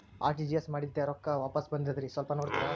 RTGS ಮಾಡಿದ್ದೆ ರೊಕ್ಕ ವಾಪಸ್ ಬಂದದ್ರಿ ಸ್ವಲ್ಪ ನೋಡ್ತೇರ?